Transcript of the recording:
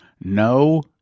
No